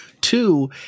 two